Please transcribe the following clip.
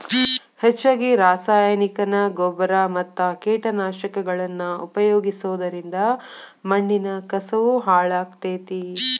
ಹೆಚ್ಚಗಿ ರಾಸಾಯನಿಕನ ಗೊಬ್ಬರ ಮತ್ತ ಕೇಟನಾಶಕಗಳನ್ನ ಉಪಯೋಗಿಸೋದರಿಂದ ಮಣ್ಣಿನ ಕಸವು ಹಾಳಾಗ್ತೇತಿ